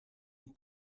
een